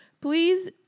Please